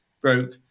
broke